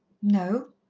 no.